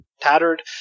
tattered